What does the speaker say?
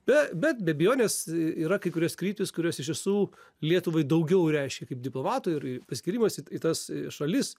be bet be abejonės yra kai kurias kryptys kurios iš tiesų lietuvai daugiau reiškia kaip diplomatui ir paskyrimas į į tas šalis